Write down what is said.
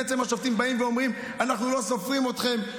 בעצם השופטים באים ואומרים: אנחנו לא סופרים אתכם,